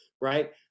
right